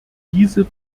diese